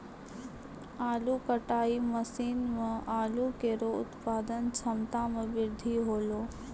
आलू कटाई मसीन सें आलू केरो उत्पादन क्षमता में बृद्धि हौलै